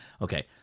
okay